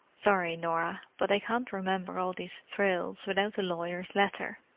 sorry, norah, but i can't remember all these thrills without the lawyers' letter.